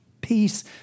peace